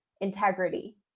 integrity